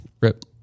rip